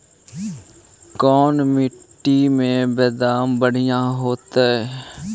कोन मट्टी में बेदाम बढ़िया होतै?